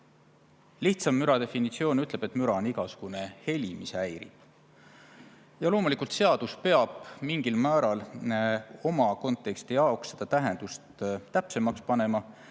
Lihtsam müra definitsioon ütleb, et müra on igasugune heli, mis häirib. Ja loomulikult, seadus peab mingil määral oma konteksti jaoks seda tähendust täpsustama.